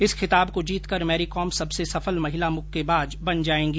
इस खिताब को जीतकर मैरीकॉम सबसे सफल महिला मुक्केबाज बन जाएगी